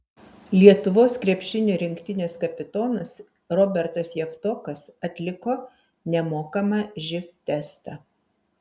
lietuvos krepšinio rinktinės kapitonas robertas javtokas atliko nemokamą živ testą